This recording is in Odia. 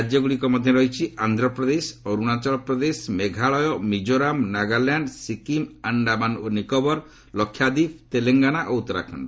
ରାଜ୍ୟଗୁଡ଼ିକ ମଧ୍ୟରେ ରହିଛି ଆନ୍ଧ୍ରପ୍ରଦେଶ ଅରୁଣାଚଳପ୍ରଦେଶ ମେଘାଳୟ ମିକ୍ଜୋରାମ ନାଗାଲାଣ୍ଡ ସିକିମ୍ ଆଣ୍ଡାମାନ ଓ ନିକୋବର ଲକ୍ଷାଦ୍ୱୀପ ତେଲଙ୍ଗାନା ଓ ଉତ୍ତରାଖଣ୍ଡ